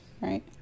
right